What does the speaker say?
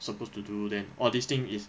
suppose to do then all these thing is